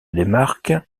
démarque